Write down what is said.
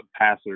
passer